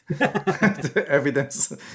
evidence